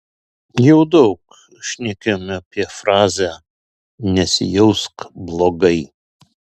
jau daug šnekėjome apie frazę nesijausk blogai